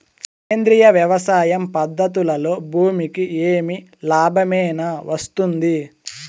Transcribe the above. సేంద్రియ వ్యవసాయం పద్ధతులలో భూమికి ఏమి లాభమేనా వస్తుంది?